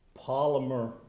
polymer